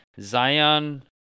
Zion